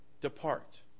depart